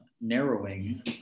narrowing